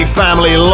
family